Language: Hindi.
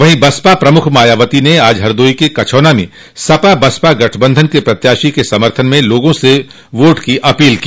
वहीं बसपा प्रमुख मायावती ने आज हरदोई के कछौना में सपा बसपा गठबंधन के प्रत्याशी के समर्थन में लोगों से वोट की अपील की